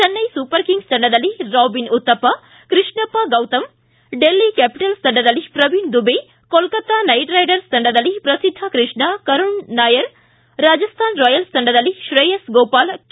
Chennai Super Kings ತಂಡದಲ್ಲಿ Robin Uthappa Krishnappa Gowtham Delhi Capitals ತಂಡದಲ್ಲಿ Praveen Dubey Kolkata Knight Riders ತಂಡದಲ್ಲಿ ಪ್ರಸಿದ್ದ ಕೃಷ್ಣ ಕರುಣ ನಾಯರ್ ರಾಜಸ್ಥಾನ ರಾಯಲ್ಸ್ ತಂಡದಲ್ಲಿ ಶ್ರೇಯಸ್ ಗೋಪಾಲ್ ಕೆ